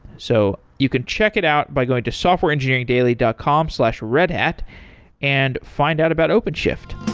so you could check it out by going to softwareengineeringdaily dot com slash redhat and find out about openshift